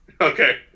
Okay